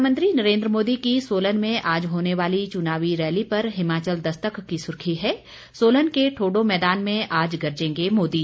प्रधानमंत्री नरेंद्र मोदी की सोलन में आज होने वाली चुनावी रैली पर हिमाचल दस्तक की सुर्खी है सोलन के ठोडो मैदान में आज गरजेंगे मोदी